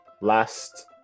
last